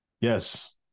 Yes